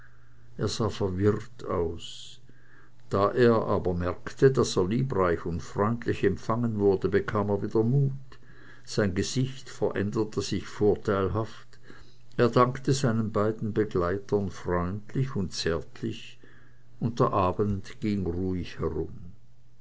er sah verwirrt aus da er aber merkte daß er liebreich und freundlich empfangen wurde bekam er wieder mut sein gesicht veränderte sich vorteilhaft er dankte seinen beiden begleitern freundlich und zärtlich und der abend ging ruhig herum